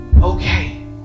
okay